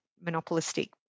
monopolistic